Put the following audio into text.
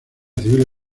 civil